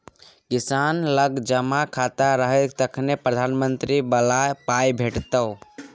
किसान लग जमा खाता रहतौ तखने प्रधानमंत्री बला पाय भेटितो